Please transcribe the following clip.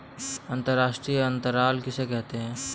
अंतर्राष्ट्रीय अंतरण किसे कहते हैं?